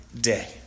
day